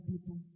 people